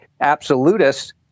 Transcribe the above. absolutists